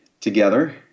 together